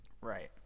Right